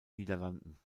niederlanden